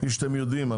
כפי שאתם יודעים,